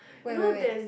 wait wait wait